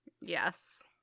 Yes